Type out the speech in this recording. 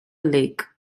lake